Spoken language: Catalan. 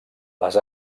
les